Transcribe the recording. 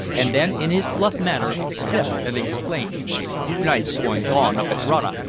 and then in his bluff manner sniffed and exclaimed nice goings on up at rannoch!